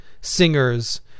singers